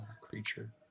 creature